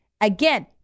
Again